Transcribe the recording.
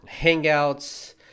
hangouts